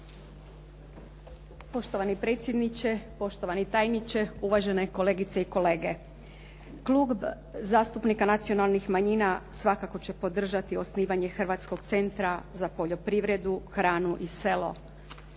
Poštovani predsjedniče, poštovani tajniče, uvažene kolegice i kolege. Klub zastupnika nacionalnih manjina svakako će podržati osnivanje Hrvatskog centra za poljoprivredu, hranu i selo.